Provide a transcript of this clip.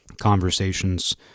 conversations